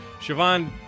Siobhan